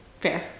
Fair